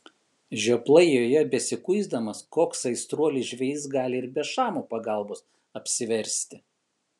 žioplai joje besikuisdamas koks aistruolis žvejys gali ir be šamo pagalbos apsiversti